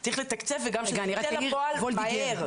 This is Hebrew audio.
וולדיגר, צריך לתקצב וגם שזה יצא לפועל מהר.